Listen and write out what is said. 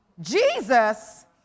Jesus